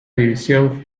división